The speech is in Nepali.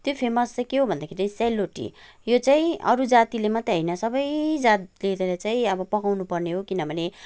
त्यो फेमस चाहिँ के हो भन्दाखेरि सेल रोटी यो चाहिँ अरू जातिले मात्रै होइन सबै जातले चाहिँ अब पकाउनु पर्ने हो किनभने